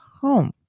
home